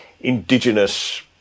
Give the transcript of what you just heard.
indigenous